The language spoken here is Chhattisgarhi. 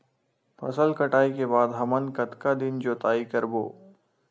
फसल कटाई के बाद हमन कतका दिन जोताई करबो?